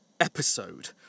episode